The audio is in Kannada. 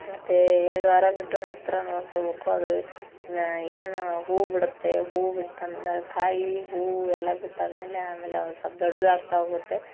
ಮತ್ತು ಎರಡು ವಾರ ಬಿಟ್ಟು ನಂತರ ನೋಡ್ಕೊಬೇಕು ಅದು ಏನು ಹೂ ಬಿಡುತ್ತೆ ಹೂ ಬಿಟ್ಟೊನ್ದ್ ಕಾಯಿ ಹೂ ಎಲ್ಲ ಬಿಟ್ಟಾದಮೇಲೆ ಆಮೇಲೆ ಒಂದು ಸಲ್ಪ ದೊಡ್ಡದಾಗ್ತಾ ಹೋಗುತ್ತೆ